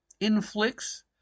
inflicts